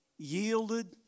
yielded